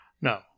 No